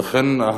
לכן,